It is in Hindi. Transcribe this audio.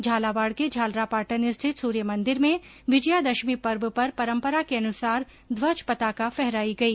झालावाड़ के झालरापाटन स्थित सूर्य मंदिर में विजयादशमी पर्व पर परम्परा के अनुसार ध्वज पताका फहराई गई